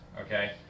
Okay